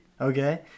Okay